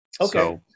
Okay